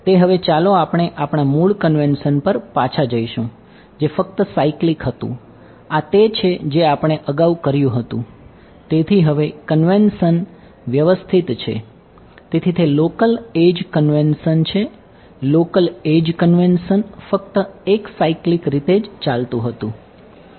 તેથી હવે ચાલો આપણે આપણા મૂળ કન્વેન્શન ફક્ત એક સાયકલીક રીતે જ ચાલતું હતું